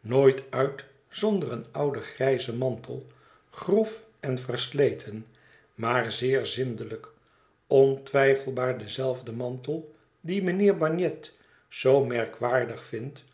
nooit uit zonder een ouden grijzen mantel grof en versleten maar zeer zindelijk ontwijfelbaar dezelfde mantel dien mijnheer bagnet zoo merkwaardig vindt